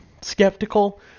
skeptical